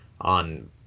on